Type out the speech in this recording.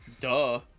Duh